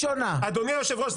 אדוני היושב ראש,